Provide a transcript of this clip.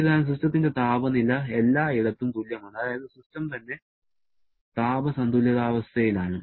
എന്നിരുന്നാലും സിസ്റ്റത്തിന്റെ താപനില എല്ലായിടത്തും തുല്യമാണ് അതായത് സിസ്റ്റം തന്നെ താപ സന്തുലിതാവസ്ഥയിലാണ്